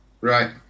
Right